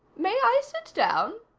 may i sit down?